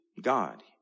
God